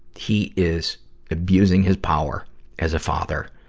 he is abusing his power as a father.